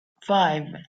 five